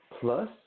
Plus